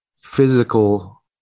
physical